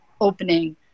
opening